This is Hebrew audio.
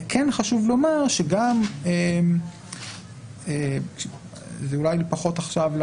כן חשוב לומר וזה אולי פחות מתאים עכשיו,